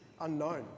unknown